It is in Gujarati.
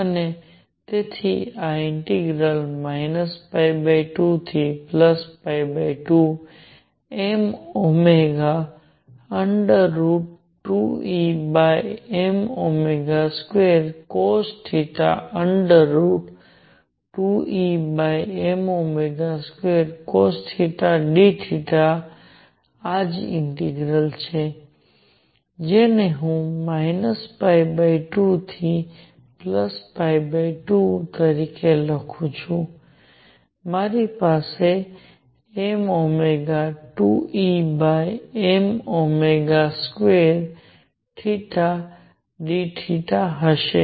અને તેથી આ ઇન્ટિગ્રલ 2 થી 2 mω2Em2 cosθ2Em2 cosθ dθ આ જ ઇન્ટિગ્રલ છે જેને હું 2 થી 2 તરીકે લખી શકું છુ મારી પાસે mω2Em2θdθ હશે